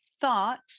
thought